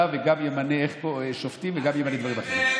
וגם ימנה שופטים וגם ימנה דברים אחרים.